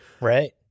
Right